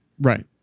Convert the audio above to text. Right